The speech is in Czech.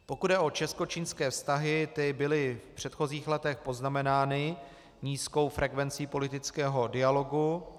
Pokud jde o českočínské vztahy, ty byly v předchozích letech poznamenány nízkou frekvencí politického dialogu.